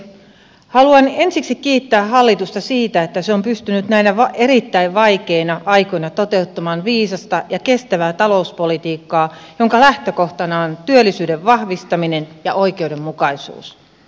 haluan ensiksi kiittää hallitusta siitä että se on pystynyt näinä erittäin vaikeina aikoina toteuttamaan viisasta ja kestävää talouspolitiikkaa jonka lähtökohtana on työllisyyden vahvistaminen ja oikeudenmukaisuus